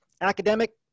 Academic